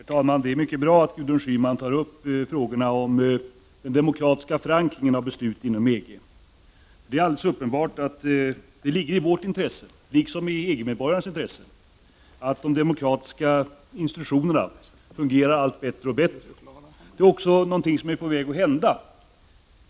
Herr talman! Det är mycket bra att Gudrun Schyman tar upp frågorna om den demokratiska förankringen av besluten inom EG. Det är alldeles uppenbart att det ligger i vårt intresse liksom i EG-medborgarnas intresse att de demokratiska institutionerna fungerar allt bättre. Någonting är också på väg att hända.